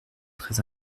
très